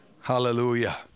Hallelujah